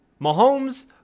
Mahomes